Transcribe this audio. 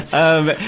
of